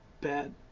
bad